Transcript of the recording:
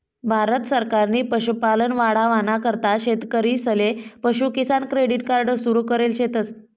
भारत सरकारनी पशुपालन वाढावाना करता शेतकरीसले पशु किसान क्रेडिट कार्ड सुरु करेल शेतस